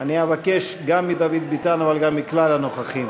אני אבקש גם מדוד ביטן, אבל גם מכלל הנוכחים,